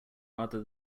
rather